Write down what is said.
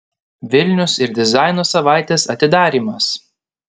vilnius ir dizaino savaitės atidarymas